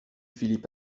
philippe